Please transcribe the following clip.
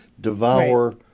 devour